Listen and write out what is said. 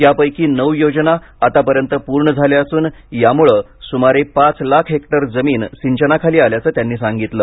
यापैकी नऊ योजना आतापर्यंत पूर्ण झाल्या असून यामूळे सुमारे पाच लाख हेक्टर जमीन सिंचनाखाली आल्याचं त्यांनी सांगितलं